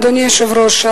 אדוני היושב-ראש,